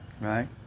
Right